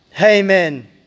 Amen